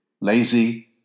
lazy